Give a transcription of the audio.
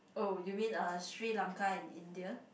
oh you mean uh Sri-Lanka and India